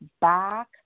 back